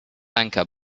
anchor